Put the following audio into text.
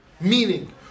meaning